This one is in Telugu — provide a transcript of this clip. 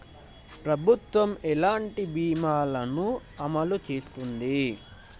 ప్రభుత్వం ఎలాంటి బీమా ల ను అమలు చేస్తుంది?